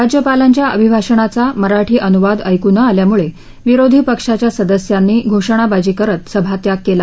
राज्यपालांच्या अभिभाषणाचा मराठी अनुवाद ऐकू न आल्यामुळे विरोधी पक्षाच्या सदस्यांनी घोषणाबाजी करत सभात्याग केला